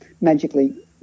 magically